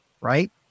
right